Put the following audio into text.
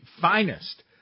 finest